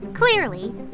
Clearly